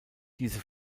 diese